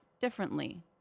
differently